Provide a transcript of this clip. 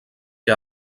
que